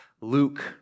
Luke